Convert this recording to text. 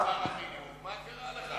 מה קרה לך?